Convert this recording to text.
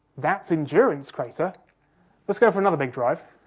that's endurance crater let's go for another big drive.